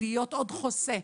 להיות עוד חוסה,